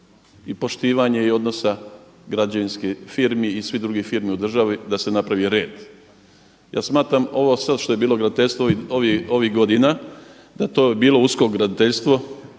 i poštivanje i odnosa građevinskih firmi i svih drugih firmi u državi da se napravi red. Ja smatram ovo sad što je bilo graditeljstvo ovih godina da je to bilo uskok graditeljstvo,